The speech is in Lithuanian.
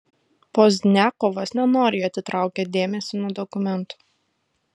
pozdniakovas nenoriai atitraukė dėmesį nuo dokumentų